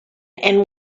and